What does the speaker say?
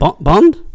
Bond